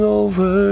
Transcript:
over